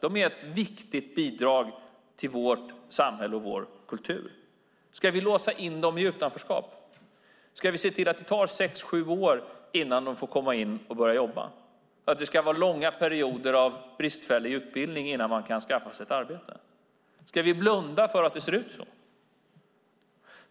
De ger ett viktigt bidrag till vårt samhälle och vår kultur. Ska vi låsa in dem i utanförskap? Ska vi se till att det tar sex sju år innan de får komma in på arbetsmarknaden och börja jobba, att det ska vara långa perioder av bristfällig utbildning innan man kan skaffa sig ett arbete? Ska vi blunda för att det ser ut så?